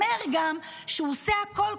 אומר גם שהוא עושה הכול,